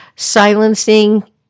Silencing